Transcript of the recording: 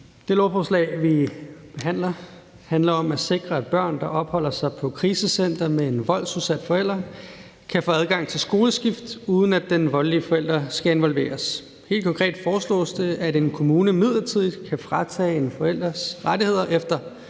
Det lovforslag, vi behandler, handler om at sikre, at børn, der opholder sig på et krisecenter med en voldsudsat forælder, kan få adgang til skoleskift, uden at den voldelige forælder skal involveres. Helt konkret foreslås det, at en kommune midlertidigt kan fratage en forælders rettigheder efter